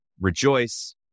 rejoice